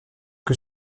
que